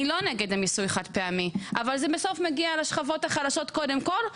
אני לא נגד מיסוי חד פעמי אבל זה בסוף מגיע לשכבות החלשות קודם כל,